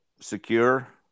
secure